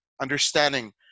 understanding